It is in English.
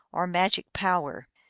or magic power.